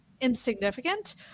insignificant